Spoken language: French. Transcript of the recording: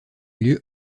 lieu